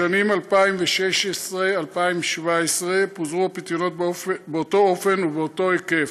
בשנים 2016 2017 פוזרו הפיתיונות באותו אופן ובאותו היקף.